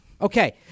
Okay